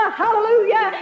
hallelujah